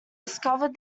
discovered